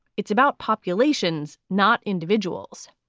it's about populations, not individuals.